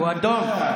לכן,